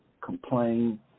complain